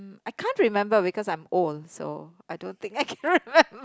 mm I can't remember because I'm old so I don't think I cannot remember